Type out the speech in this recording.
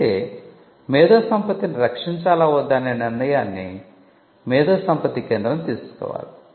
అయితే మేధోసంపత్తిని రక్షించాలా వద్దా అనే నిర్ణయాన్ని మేధోసంపత్తి కేంద్రం తీసుకోవాలి